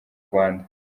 rwanda